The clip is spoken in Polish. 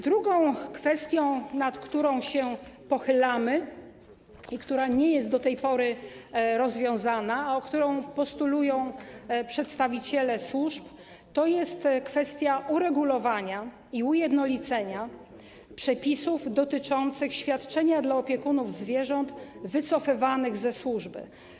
Drugą kwestią, nad którą się pochylamy i która nie jest do tej pory rozwiązana, a którą postulują przedstawiciele służb, jest kwestia uregulowania i ujednolicenia przepisów dotyczących świadczenia dla opiekunów zwierząt wycofywanych ze służby.